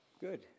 Good